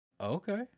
Okay